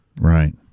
Right